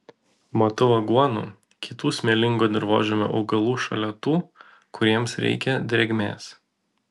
matau aguonų kitų smėlingo dirvožemio augalų šalia tų kuriems reikia drėgmės